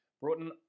Broughton